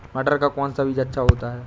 मटर का कौन सा बीज अच्छा होता हैं?